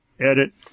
edit